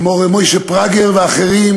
כמו רב משה פראגר ואחרים,